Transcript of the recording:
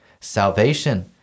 salvation